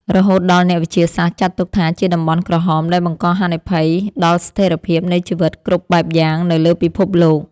រហូតដល់អ្នកវិទ្យាសាស្ត្រចាត់ទុកថាជាតំបន់ក្រហមដែលបង្កហានិភ័យដល់ស្ថិរភាពនៃជីវិតគ្រប់បែបយ៉ាងនៅលើពិភពលោក។